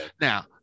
Now